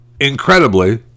incredibly